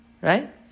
Right